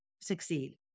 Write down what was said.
succeed